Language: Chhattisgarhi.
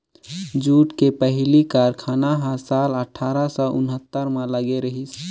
जूट के पहिली कारखाना ह साल अठारा सौ उन्हत्तर म लगे रहिस